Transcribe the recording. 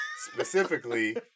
specifically